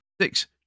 Six